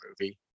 movie